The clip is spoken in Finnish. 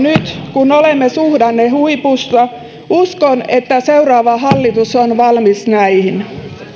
kun olemme suhdannehuipussa uskon että seuraava hallitus on valmis näihin